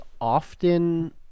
often